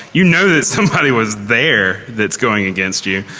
you know that somebody was there that is going against you.